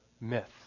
myth